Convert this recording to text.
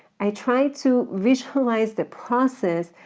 i try to visualize the process,